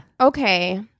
Okay